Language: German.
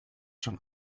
schon